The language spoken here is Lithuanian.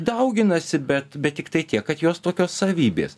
dauginasi bet bet tiktai tiek kad jos tokios savybės